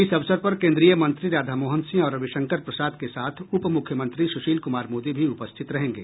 इस अवसर पर केन्द्रीय मंत्री राधामोहन सिंह और रविशंकर प्रसाद के साथ उपमुख्यमंत्री सुशील कुमार मोदी भी उपस्थित रहेंगे